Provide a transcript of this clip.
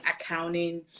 accounting